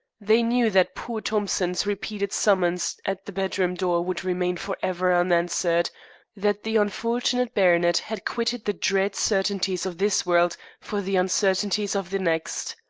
they knew that poor thompson's repeated summons at the bedroom door would remain forever unanswered that the unfortunate baronet had quitted the dread certainties of this world for the uncertainties of the next.